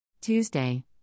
Tuesday